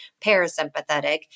parasympathetic